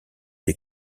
des